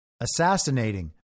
assassinating